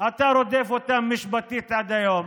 אתה רודף משפטית עד היום,